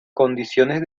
condiciones